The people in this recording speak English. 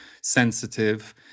sensitive